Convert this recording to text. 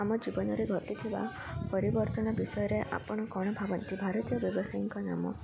ଆମ ଜୀବନରେ ଘଟିଥିବା ପରିବର୍ତ୍ତନ ବିଷୟରେ ଆପଣ କ'ଣ ଭାବନ୍ତି ଭାରତୀୟ ବ୍ୟବସାୟୀଙ୍କ ନାମ